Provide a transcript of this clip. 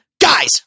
Guys